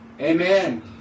Amen